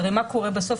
הרי מה קורה בסוף?